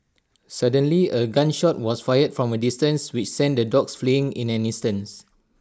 suddenly A gun shot was fired from A distance which sent the dogs fleeing in an instant